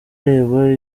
reba